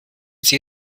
sie